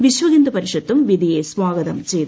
വിശ്വഹിന്ദു പരിഷത്തും വിധിയെ സ്വാഗതം ചെയ്തു